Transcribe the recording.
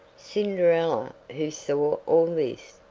cinderella, who saw all this,